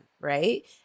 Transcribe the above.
right